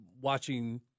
watching –